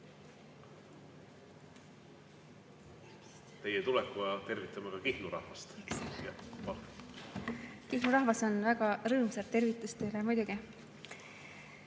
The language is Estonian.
Teie tulekuga tervitame ka Kihnu rahvast. Kihnu rahvas on väga rõõmus, tervitus neile muidugi.